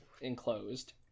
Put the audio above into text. enclosed